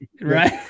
Right